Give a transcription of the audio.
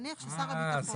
נניח ששר הביטחון --- אה,